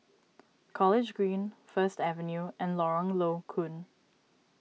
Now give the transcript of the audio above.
College Green First Avenue and Lorong Low Koon